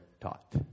taught